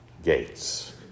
gates